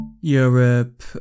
Europe